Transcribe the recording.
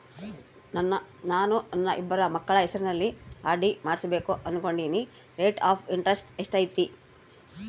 ನಾನು ನನ್ನ ಇಬ್ಬರು ಮಕ್ಕಳ ಹೆಸರಲ್ಲಿ ಆರ್.ಡಿ ಮಾಡಿಸಬೇಕು ಅನುಕೊಂಡಿನಿ ರೇಟ್ ಆಫ್ ಇಂಟರೆಸ್ಟ್ ಎಷ್ಟೈತಿ?